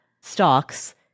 stocks